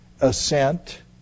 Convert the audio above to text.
assent